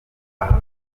aha